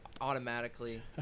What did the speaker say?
automatically –